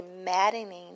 maddening